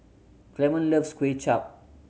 Clemon loves Kuay Chap